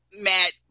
Matt